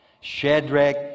Shadrach